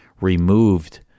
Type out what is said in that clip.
removed